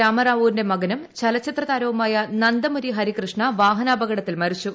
രാമറാവുവിന്റെ മകനും ചലച്ചിത്രതാരവുമായ നന്ദമുരി ഹരികൃഷ്ണ വാഹനാപകടത്തിൽ മരിച്ചു